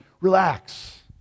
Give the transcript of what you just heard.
relax